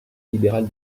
libéral